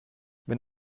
wenn